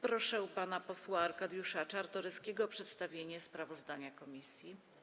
Proszę pana posła Arkadiusza Czartoryskiego o przedstawienie sprawozdania komisji.